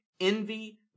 envy